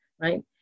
right